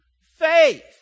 faith